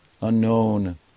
Unknown